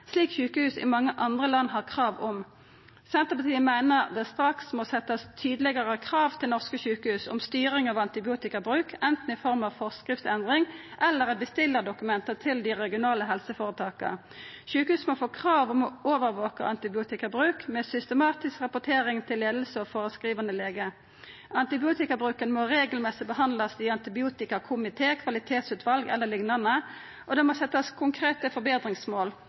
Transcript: slik sjukehus i mange andre land har krav om. Senterpartiet meiner det straks må setjast tydelegare krav til norske sjukehus om styring av antibiotikabruk, anten i form av forskriftsendring eller i bestillardokumenta til dei regionale helseføretaka. Sjukehusa må få krav om å overvaka antibiotikabruken, med systematisk rapportering til leiing og føreskrivande lege. Antibiotikabruken må regelmessig behandlast i antibiotikakomité, kvalitetsutval eller liknande, og det må setjast konkrete